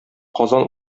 казан